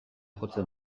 jotzen